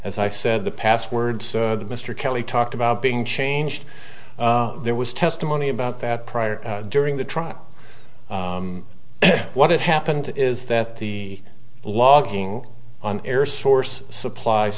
as i said the password so that mr kelly talked about being changed there was testimony about that prior during the trial what had happened is that the logging on air source suppl